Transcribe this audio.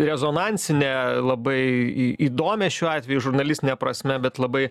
rezonansinę labai į įdomią šiuo atveju žurnalistine prasme bet labai